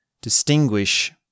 distinguish